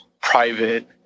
private